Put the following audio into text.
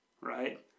Right